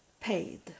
paid